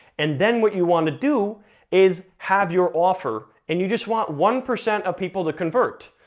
and then what you wanna do is have your offer, and you just want one percent of people to convert.